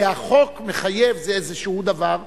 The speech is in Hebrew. כי החוק מחייב באיזה דבר,